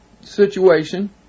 situation